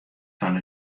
fan